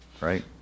right